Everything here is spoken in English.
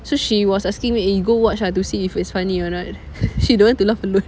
so she was asking me eh you go watch ah to see if it's funny or not she don't want to laugh alone